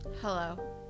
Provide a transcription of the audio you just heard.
Hello